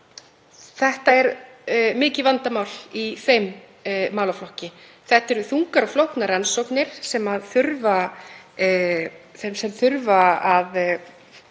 þetta er mikið vandamál í þeim málaflokki. Þetta eru þungar og flóknar rannsóknir þar